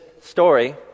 story